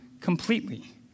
completely